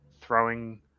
throwing